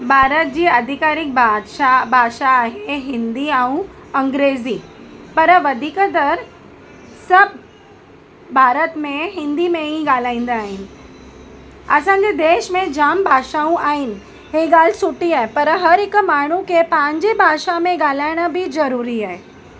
भारत जी अधिकारिक भाषा भाषा आहे हिंदी ऐं अंग्रेज़ी पर वधीक तर सभु भारत में हिंदी में ही ॻाल्हाईंदा आहियूं असांजे देश में जामु भाषाऊं आहिनि हीअ ॻाल्हि सुठी आहे पर हर हिकु माण्हु खे पांहिंजे भाषा में ॻाल्हाइण बि ज़रूरी आहे